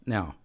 Now